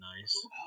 nice